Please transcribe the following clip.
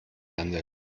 handelt